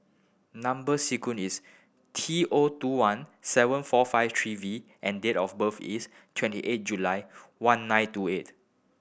number sequence is T O two one seven four five three V and date of birth is twenty eight July one nine two eight